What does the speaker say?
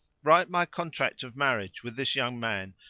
write my contract of marriage with this young man,